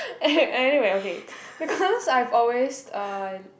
an~ anyway okay because I've always uh I